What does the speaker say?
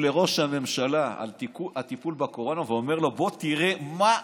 לראש הממשלה על הטיפול בקורונה ואומר לו: בוא תראה מה,